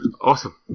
awesome